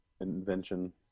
invention